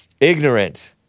Ignorant